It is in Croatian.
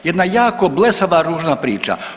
Jedna jako blesava, ružna priča.